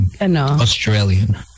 Australian